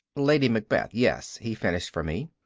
lady macbeth, yes, he finished for me.